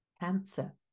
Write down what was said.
Cancer